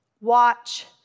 watch